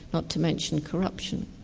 not to mention corruption.